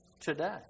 today